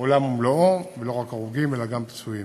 עולם ומלואו, ולא רק הרוגים, אלא גם פצועים.